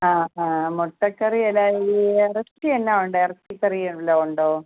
ആ ആ മുട്ടക്കറി ഈ ഇറച്ചിയെന്ത് ഉണ്ട് ഇറച്ചിക്കറി വല്ലതും ഉണ്ടോ